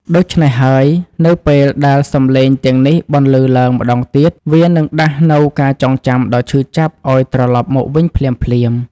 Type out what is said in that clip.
ដូច្នេះហើយ នៅពេលដែលសម្លេងទាំងនេះបន្លឺឡើងម្តងទៀត វានឹងដាស់នូវការចងចាំដ៏ឈឺចាប់ឱ្យត្រឡប់មកវិញភ្លាមៗ